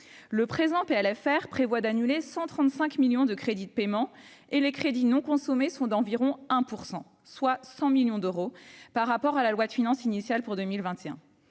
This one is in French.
rectificative prévoit d'annuler 135 millions d'euros en crédits de paiement, et les crédits non consommés sont d'environ 1 %, soit environ 100 millions d'euros par rapport à la loi de finances initiale pour 2021.